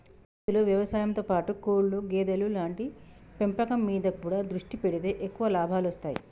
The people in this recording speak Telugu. రైతులు వ్యవసాయం తో పాటు కోళ్లు గేదెలు లాంటి పెంపకం మీద కూడా దృష్టి పెడితే ఎక్కువ లాభాలొస్తాయ్